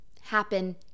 happen